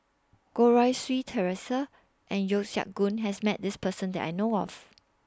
Goh Rui Si Theresa and Yeo Siak Goon has Met This Person that I know of